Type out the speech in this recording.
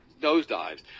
nosedives